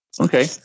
Okay